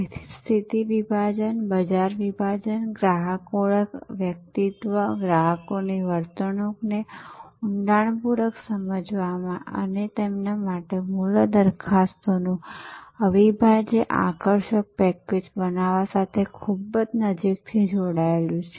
તેથી જ સ્થિતિ વિભાજન બજાર વિભાજન ગ્રાહક ઓળખ વ્યક્તિત્વ ગ્રાહકોની વર્તણૂકને ઊંડાણપૂર્વક સમજવા અને તેમના માટે મૂલ્ય દરખાસ્તોનું અવિભાજ્ય આકર્ષક પેકેજ બનાવવા સાથે ખૂબ જ નજીકથી જોડાયેલું છે